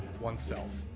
oneself